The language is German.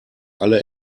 alle